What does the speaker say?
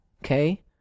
okay